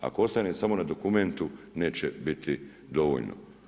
Ako ostane samo na dokumentu, neće biti dovoljno.